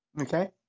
Okay